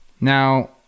Now